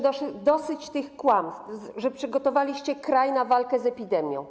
Dosyć tych kłamstw, że przygotowaliście kraj na walkę z epidemią.